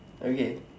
okay